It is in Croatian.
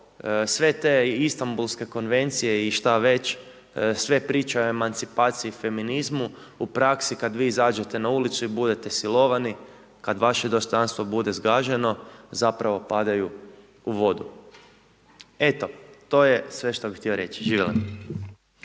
sve te Istanbulske konvencije i šta već, sve priča o emancipaciji i feminizmu, u praksi kad vi izađete na ulici i budete silovani, kad vaše dostojanstvo bude zgađeno, zapravo padaju u vodu. Eto, to je sve što bih htio reći. Živjeli.